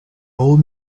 old